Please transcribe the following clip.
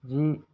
যি